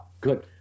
good